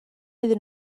iddyn